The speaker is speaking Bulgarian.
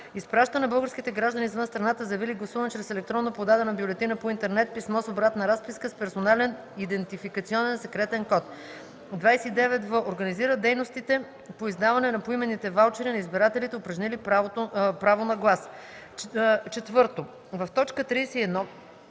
изпраща на българските граждани извън страната, заявили гласуване чрез електронно подадена бюлетина по интернет писмо с обратна разписка с персонален идентификационен секретен код”; 29в. организира дейностите по издаване на поименните ваучери на избирателите, упражнили право на глас.” 4. В т. 31